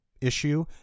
issue